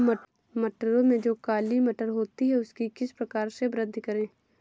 मटरों में जो काली मटर होती है उसकी किस प्रकार से वृद्धि करें?